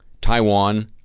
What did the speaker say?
Taiwan